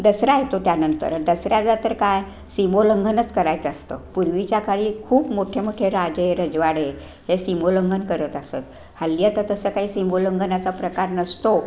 दसरा येतो त्यानंतर दसऱ्याला तर काय सिमोल्लंघनच करायचं असतं पूर्वीच्या काळी खूप मोठे मोठे राजे रजवाडे हे सिमोल्लंघन करत असतं हल्ली आता तसं काही सिमोल्लंघनाचा प्रकार नसतो